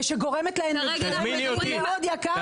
השר נאות להגיע לכאן, אני מבטיחה